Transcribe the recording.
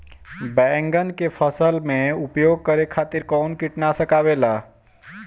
बैंगन के फसल में उपयोग करे खातिर कउन कीटनाशक आवेला?